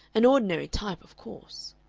an ordinary type, of course